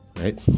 right